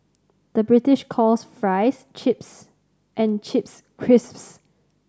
the British calls fries chips and chips crisps